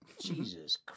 Jesus